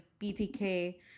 BTK